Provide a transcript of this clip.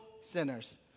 sinners